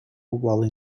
while